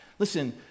Listen